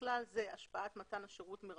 ובכלל זה השפעת מתן השירות מרחוק,